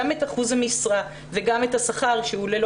גם את אחוז המשרה וגם את השכר שהוא ללא